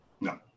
No